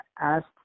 asked